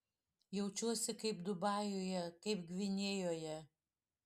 jaučiuosi kaip dubajuje kaip gvinėjoje